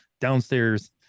downstairs